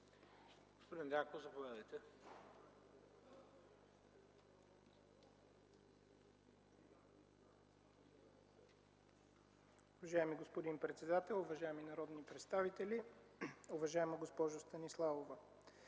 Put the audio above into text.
Господин Дянков, заповядайте.